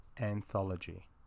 Anthology